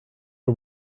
are